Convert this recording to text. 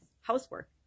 housework